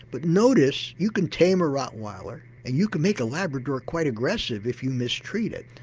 but notice, you can tame a rottweiler and you can make a labrador quite aggressive if you mistreat it.